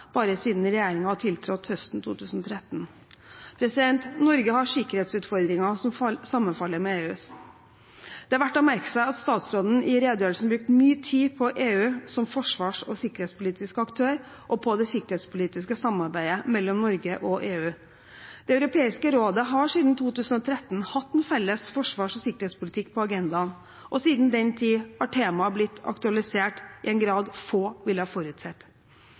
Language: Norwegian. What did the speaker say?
bare siden regjeringen tiltrådte høsten 2013. Norge har sikkerhetsutfordringer som sammenfaller med EUs. Det er verdt å merke seg at statsråden i redegjørelsen brukte mye tid på EU som forsvars- og sikkerhetspolitisk aktør og på det sikkerhetspolitiske samarbeidet mellom Norge og EU. Det europeiske råd har siden 2013 hatt en felles forsvars- og sikkerhetspolitikk på agendaen, og siden den tid har temaet blitt aktualisert i en grad få ville ha forutsett.